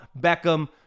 Beckham